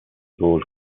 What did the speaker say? gold